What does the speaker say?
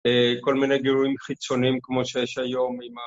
כל מיני גירויים חיצוניים כמו שיש היום עם ה...